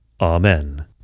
Amen